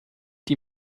die